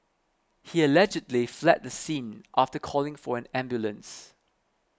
he allegedly fled the scene after calling for an ambulance